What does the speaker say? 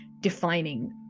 defining